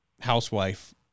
housewife